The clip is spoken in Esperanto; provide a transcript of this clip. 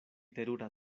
terura